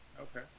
Okay